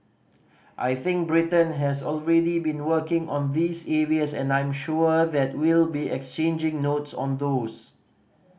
I think Britain has already been working on these areas and I'm sure that we'll be exchanging notes on those